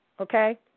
okay